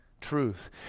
truth